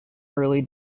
early